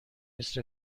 نیست